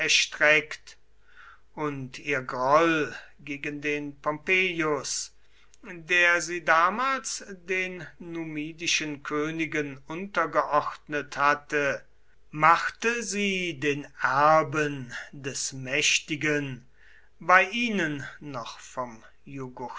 erstreckt und ihr groll gegen den pompeius der sie damals den numidischen königen untergeordnet hatte machte sie den erben des mächtigen bei ihnen noch vom